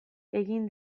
egin